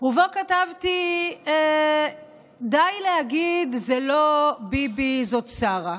ובו כתבתי: די להגיד, זה לא ביבי, זאת שרה.